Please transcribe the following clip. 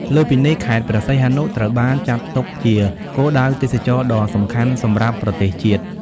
លើសពីនេះ ខេត្តព្រះសីហនុត្រូវបានចាត់ទុកជា គោលដៅទេសចរណ៍ដ៏សំខាន់ សម្រាប់ប្រទេសជាតិ។